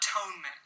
atonement